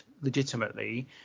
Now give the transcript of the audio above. legitimately